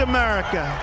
America